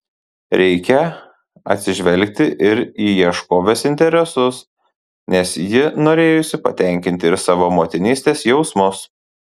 reikią atsižvelgti ir į ieškovės interesus nes ji norėjusi patenkinti ir savo motinystės jausmus